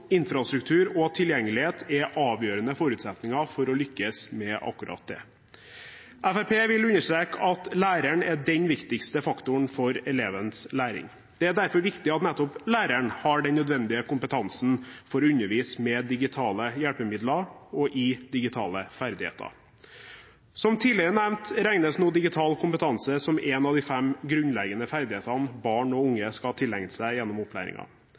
infrastruktur og tilgjengelighet er avgjørende forutsetninger for å lykkes med akkurat det. Fremskrittspartiet vil understreke at læreren er den viktigste faktoren for elevenes læring. Det er derfor viktig at nettopp læreren har den nødvendige kompetansen for å undervise med digitale hjelpemidler og i digitale ferdigheter. Som tidligere nevnt regnes nå digital kompetanse som en av de fem grunnleggende ferdighetene barn og unge skal tilegne seg gjennom